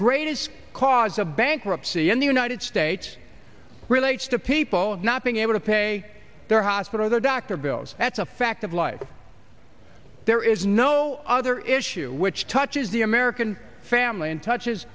greatest cause of bankruptcy in the united states relates to people not being able to pay their hospital or their doctor bills that's a fact of life there is no other issue which touches the american family in touches